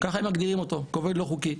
ככה הם מגדירים אותו, עובד לא חוקי.